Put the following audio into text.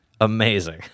Amazing